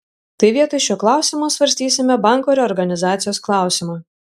tai vietoj šio klausimo svarstysime banko reorganizacijos klausimą